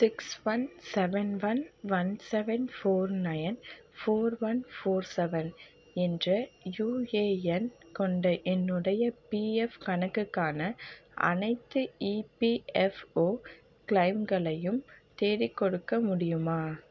six one seven one one seven four nine four one four seven என்ற UAN கொண்ட என்னுடைய PF கணக்குக்கான அனைத்து இபிஎஃப்ஒ கிளெய்ம்களையும் தேடிக்கொடுக்க முடியுமா